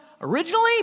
originally